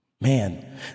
Man